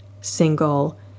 single